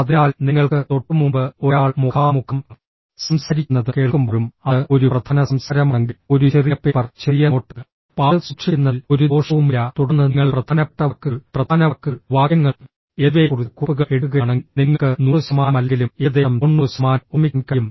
അതിനാൽ നിങ്ങൾക്ക് തൊട്ടുമുമ്പ് ഒരാൾ മുഖാമുഖം സംസാരിക്കുന്നത് കേൾക്കുമ്പോഴും അത് ഒരു പ്രധാന സംസാരമാണെങ്കിൽ ഒരു ചെറിയ പേപ്പർ ചെറിയ നോട്ട് പാഡ് സൂക്ഷിക്കുന്നതിൽ ഒരു ദോഷവുമില്ല തുടർന്ന് നിങ്ങൾ പ്രധാനപ്പെട്ട വാക്കുകൾ പ്രധാന വാക്കുകൾ വാക്യങ്ങൾ എന്നിവയെക്കുറിച്ച് കുറിപ്പുകൾ എടുക്കുകയാണെങ്കിൽ നിങ്ങൾക്ക് 100 ശതമാനമല്ലെങ്കിലും ഏകദേശം 90 ശതമാനം ഓർമ്മിക്കാൻ കഴിയും